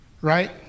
right